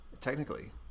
technically